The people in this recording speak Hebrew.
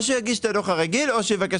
או שהוא יגיש את הדוח הרגיל או שהוא יבקש